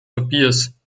papiers